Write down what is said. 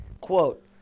Quote